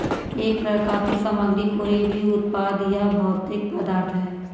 एक प्राकृतिक सामग्री कोई भी उत्पाद या भौतिक पदार्थ है